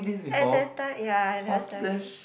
at that time ya I never tell you